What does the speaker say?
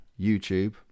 YouTube